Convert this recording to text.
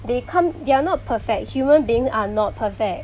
they come they are not perfect human beings are not perfect